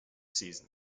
season